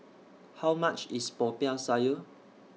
How much IS Popiah Sayur